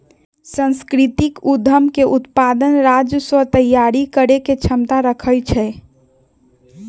सांस्कृतिक उद्यम के उत्पाद राजस्व तइयारी करेके क्षमता रखइ छै